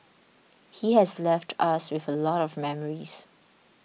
he has left us with a lot of memories